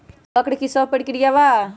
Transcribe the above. वक्र कि शव प्रकिया वा?